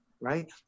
right